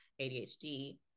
adhd